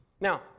Now